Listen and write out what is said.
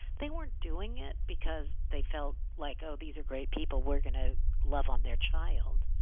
they weren't doing it because they felt like, oh, these are great people. we're going to love on their child.